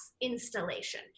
installation